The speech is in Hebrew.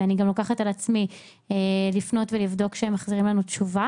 ואני גם לוקחת על עצמי לפנות לבדוק שהם מחזירים לנו תשובה,